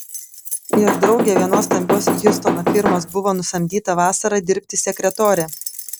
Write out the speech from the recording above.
jos draugė vienos stambios hjustono firmos buvo nusamdyta vasarą dirbti sekretore